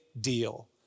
deal